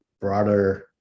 broader